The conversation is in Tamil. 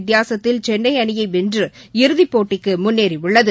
வித்தியாசத்தில் சென்னைஅணியைவென்று இறுதிபோட்டிக்குமுன்னேறியுள்ளது